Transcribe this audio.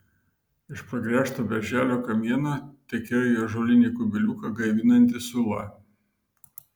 iš pragręžto berželio kamieno tekėjo į ąžuolinį kubiliuką gaivinanti sula